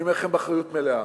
אני אומר לכם באחריות מלאה: